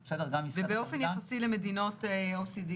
אוקיי, אז לצד עבודה מהבית יש עוד פתרונות?